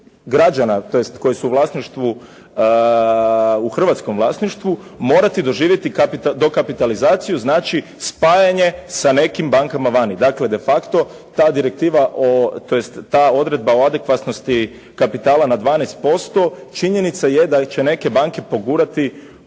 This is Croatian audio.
građana tj. koje su u vlasništvu, u hrvatskom vlasništvu, morati doživjeti dokapitalizaciju znači spajanje sa nekim bankama vani. Dakle, de facto ta direktiva tj. ta odredba o adekvatnosti kapitala na 12% činjenica je da će neke banke pogurati